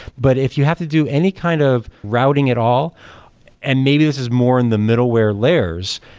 but if you have to do any kind of routing at all and maybe this is more in the middleware layers,